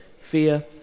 fear